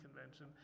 convention